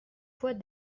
fois